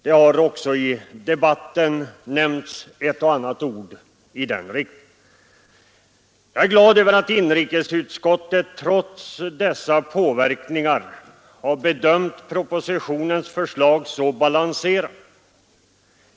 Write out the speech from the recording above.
Också i dagens debatt har det sagts ett och annat ord i den riktningen. Jag är glad över att inrikesutskottet trots dessa påverkningsförsök bedömt propositionens förslag så balanserat.